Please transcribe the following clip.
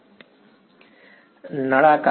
વિદ્યાર્થી નળાકાર રીતે